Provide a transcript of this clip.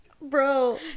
bro